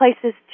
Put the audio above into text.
places